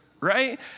right